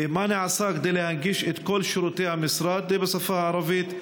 2. מה נעשה כדי להנגיש את כל שירותי המשרד בשפה הערבית?